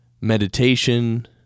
meditation